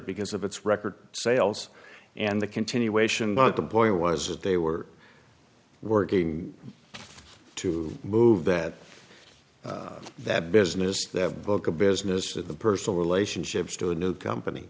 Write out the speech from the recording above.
because of its record sales and the continuation of the boy was that they were we're going to move that that business that book a business of the personal relationships to a new company